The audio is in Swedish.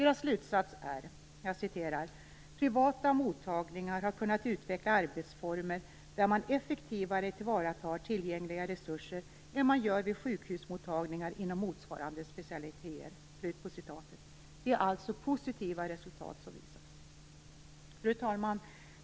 Landstingsförbundets slutsats är: "Privata mottagningar har kunnat utveckla arbetsformer där man effektivare tillvaratar tillgängliga resurser än man gör vid sjukhusmottagningar inom motsvarande specialiteter." Det är alltså positiva resultat som visas. Fru talman!